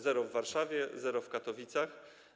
Zero w Warszawie, zero w Katowicach.